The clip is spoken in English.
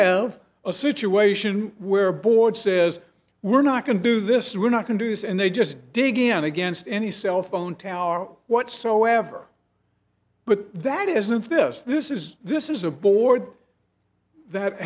have a situation where board says we're not going to do this we're not going to use and they just dig in and against any cellphone tower whatsoever but that isn't this this is this is a board that